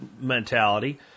mentality